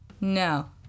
no